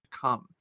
come